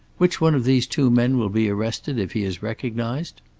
which one of these two men will be arrested if he is recognized?